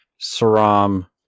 Saram